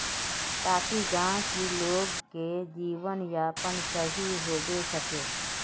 ताकि गाँव की लोग के जीवन यापन सही होबे सके?